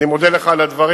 אני מודה לך על הדברים.